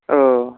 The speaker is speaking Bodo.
औ